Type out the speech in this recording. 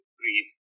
breathe